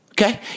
okay